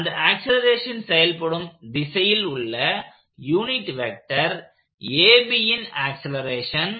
அந்த ஆக்சலேரேஷன் செயல்படும் திசையிலுள்ள யூனிட் வெக்டர் ABன் ஆக்சலேரேஷன்